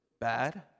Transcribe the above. bad